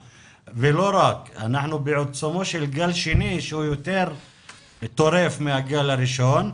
ולא רק אלא אנחנו בעיצומו של גל שני שהוא יותר טורף מהגל הראשון.